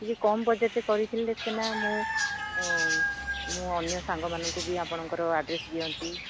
ଟିକେ କମ୍ ବଜେଟ୍ରେ କରିଥିଲେ ସିନା ମୁଁ ମୁଁ ଅନ୍ୟ ସାଙ୍ଗମାନଙ୍କୁ ବି ଆପଣଙ୍କର ଆଡ୍ରେସ୍ ଦିଅନ୍ତି